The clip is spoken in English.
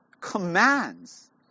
commands